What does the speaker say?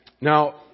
Now